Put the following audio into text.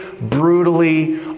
brutally